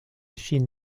ŝin